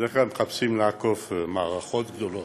בדרך כלל מחפשים לעקוף מערכות גדולות,